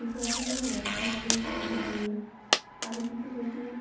बेफोरावबो जोङो थांनानै जाहैनो हायो आरो बेफोरबायदि